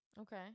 Okay